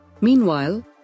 Meanwhile